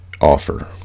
offer